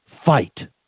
fight